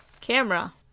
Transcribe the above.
Camera